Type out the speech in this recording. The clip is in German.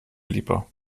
lieber